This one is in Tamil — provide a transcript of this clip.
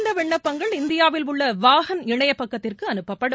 இந்த விண்ணப்பங்கள் இந்தியாவில் உள்ள வாகன் இணையபக்கத்திற்கு அனுப்படும்